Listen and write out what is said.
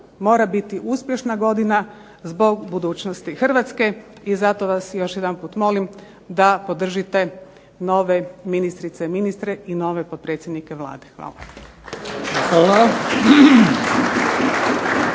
mora biti uspješna godina zbog budućnosti Hrvatske i zato vas još jedanputa molim da podržite nove ministrice i ministre i nove potpredsjednike Vlade. Hvala.